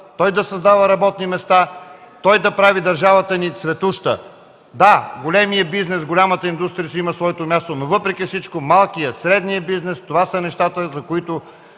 да създава работни места, да прави държавата ни цветуща. Да, големият бизнес, голямата индустрия си имат своето място, но въпреки всичко малкият, средният бизнес – това са нещата, за които